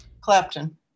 Clapton